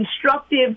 constructive